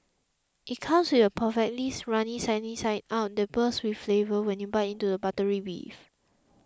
it comes with a perfectly runny sunny side up that bursts with flavour when you bite into the buttery beef